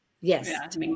yes